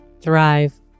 thrive